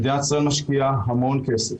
מדינת ישראל משקיעה המון כסף,